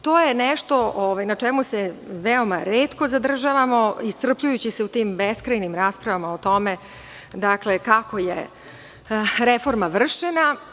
To je nešto na čemu se veoma retko zadržavamo, iscrpljujući se u tim beskrajnim rasprava o tome kako je reforma vršena.